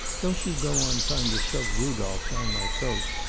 don't you go on trying to shove rudolph down my throat.